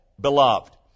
Beloved